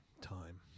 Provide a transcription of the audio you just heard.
Time